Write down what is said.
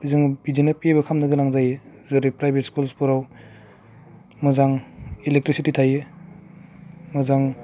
जों बिदिनो पेबो खालामनो गोनां जायो जेरै प्राइभेट स्कुल्सफोराव मोजां इलेकट्रिसिटि थायो मोजां